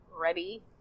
ready